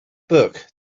book